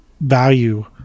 value